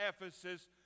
Ephesus